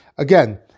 Again